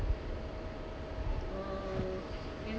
abeh kuih raya kau habiskan ke